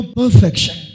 perfection